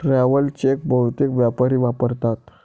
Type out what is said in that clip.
travel cheque बहुतेक व्यापारी वापरतात